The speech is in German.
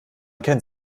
kennt